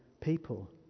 people